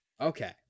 Okay